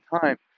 time